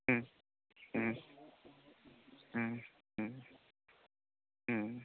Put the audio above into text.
ம் ம் ம் ம் ம்